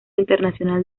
internacional